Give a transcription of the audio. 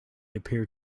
appeared